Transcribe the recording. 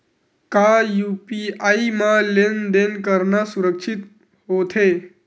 का यू.पी.आई म लेन देन करना सुरक्षित होथे?